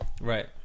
Right